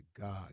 God